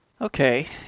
Okay